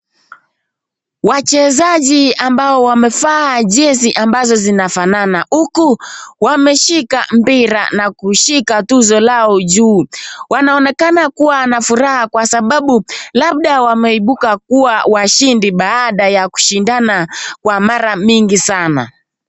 Wachezaji ambao wamevaa jezi ambazo zinafanana uku wameshika mpira na kushika tuzo lao juu. Wanaonekana kuwa na furaha kwa sababu labda wameibuka kuwa washindi baada ya kushindana kwa mara mingi sana.